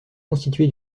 constituée